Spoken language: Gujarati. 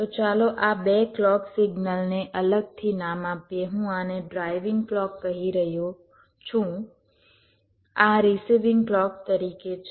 તો ચાલો આ બે ક્લૉક સિગ્નલને અલગથી નામ આપીએ હું આને ડ્રાઇવિંગ ક્લૉક કહી રહ્યો છું આ રીસિવિંગ ક્લૉક તરીકે છે